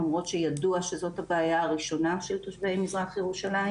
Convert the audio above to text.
למרות שידוע שזאת הבעיה הראשונה של תושבי מזרח ירושלים.